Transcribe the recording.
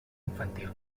infantil